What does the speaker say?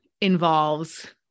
involves